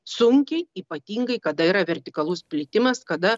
sunkiai ypatingai kada yra vertikalus plitimas kada